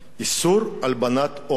איסור הלבנת הון.